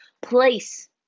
place